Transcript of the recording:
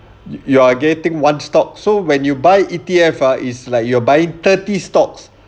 you are getting one stock so when you buy E_T_F ah is like you are buying thirty stocks